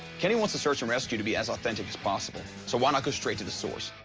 kenny wants the search and rescue to be as authentic as possible, so why not go straight to the source.